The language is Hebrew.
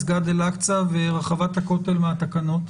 מסגד אל אקצה ורחבת הכותל מהתקנות?